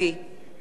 דן מרידור,